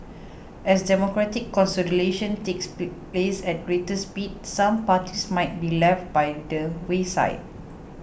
as democratic consolidation takes place at greater speed some parties might be left by the wayside